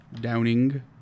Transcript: Downing